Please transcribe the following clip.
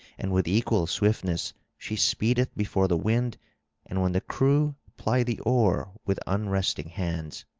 and with equal swiftness she speedeth before the wind and when the crew ply the oar with unresting hands.